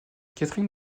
catherine